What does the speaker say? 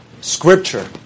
Scripture